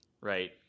right